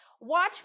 Watch